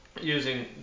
using